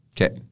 Okay